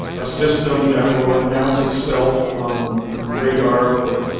a system that will announce itself on on radar or